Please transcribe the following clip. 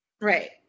Right